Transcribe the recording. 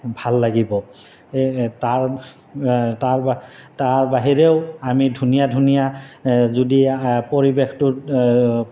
ভাল লাগিব তাৰ তাৰ তাৰ বাহিৰেও আমি ধুনীয়া ধুনীয়া যদি পৰিৱেশটোত